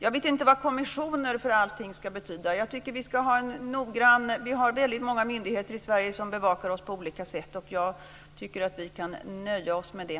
Jag vet inte vad kommissioner för allting ska betyda. Vi har väldigt många myndigheter i Sverige som bevakar oss på olika sätt. Jag tycker att vi kan nöja oss med det.